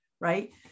Right